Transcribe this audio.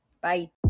Bye